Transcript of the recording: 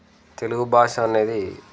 తెలుగు భాష అనేది